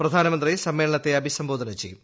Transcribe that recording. പ്രധാനമന്ത്രി സമ്മേളനത്തെ അഭിസംബോധന ചെയ്യും